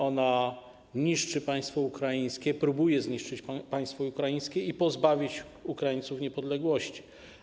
Ona niszczy państwo ukraińskie, próbuje zniszczyć państwo ukraińskie i pozbawić Ukraińców niepodległości.